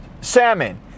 salmon